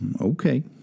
okay